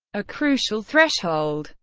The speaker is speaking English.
a crucial threshold,